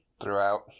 throughout